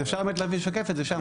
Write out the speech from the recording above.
אז אפשר באמת לשקף את זה שם.